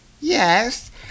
Yes